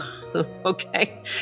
Okay